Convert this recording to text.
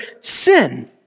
sin